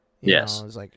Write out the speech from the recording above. Yes